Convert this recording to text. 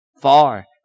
Far